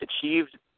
achieved